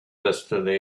destiny